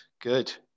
Good